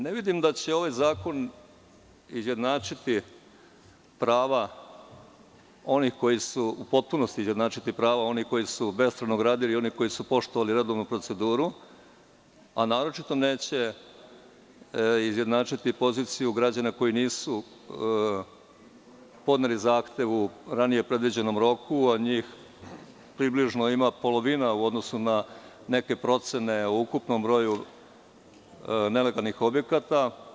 Ne vidim da će ovaj zakon u potpunosti izjednačiti prava onih koji su bespravno gradili i onih koji su poštovali redovnu proceduru, a naročito neće izjednačiti poziciju građana koji nisu podneli zahtev u ranije predviđenom roku, a njih približno ima polovina u odnosu na neke procene o ukupnom broju nelegalnih objekata.